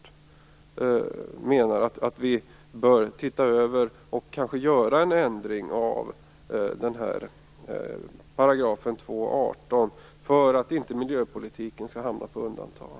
Vi menar att man behöver se över och kanske göra en ändring av § 2:18 för att inte miljöpolitiken skall hamna på undantag.